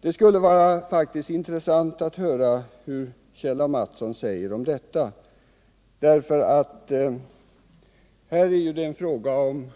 Det skulle faktiskt vara intressant att höra vad Kjell Mattsson säger om detta, därför att det här är en fråga om